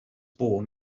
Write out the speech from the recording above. born